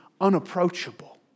unapproachable